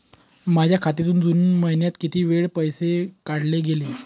माझ्या खात्यातून जून महिन्यात किती वेळा पैसे काढले गेले?